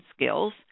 skills